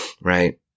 right